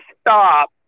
stop